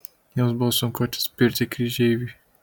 jiems buvo sunku atsispirti kryžeiviui